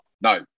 no